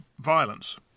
violence